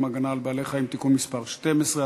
(הגנה על בעלי-חיים) (תיקון מס' 12),